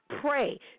pray